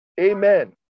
Amen